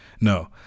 No